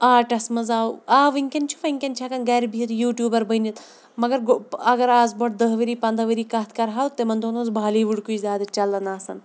آٹَس منٛز آو آ وٕنۍکٮ۪ن چھِ وٕنۍکٮ۪ن چھِ ہٮ۪کان گَرِ بِہِتھ یوٗٹیوٗبَر بٔنِتھ مگر اگر اَز بروںٛٹھ دہ ؤری پنٛداہ ؤری کَتھ کَرٕہَو تِمَن دۄہَن اوس بالیٖوُڈکُے زیادٕ چَلان آسان